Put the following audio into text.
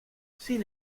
sin